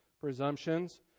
presumptions